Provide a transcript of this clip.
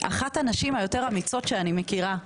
אחת הנשים היותר אמיצות שאני מכירה,